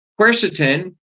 quercetin